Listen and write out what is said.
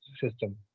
system